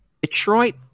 Detroit